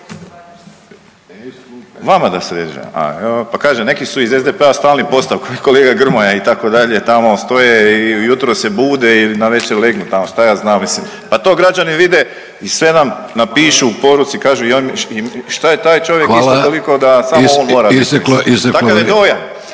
Vama da … ajoj, pa kažem neki su iz SDP-a stalni postavka, kolega Grmoja itd. tamo stoje i ujutro se bude i navečer legnu tamo šta ja znam mislim, pa to građani vide i sve nam napišu u poruci, kažu šta je taj čovjek isto toliko …/Upadica Vidović: